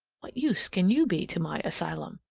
what use can you be to my asylum?